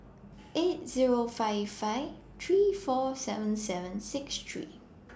eight Zero five five three four seven seven six three